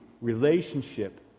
relationship